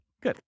Good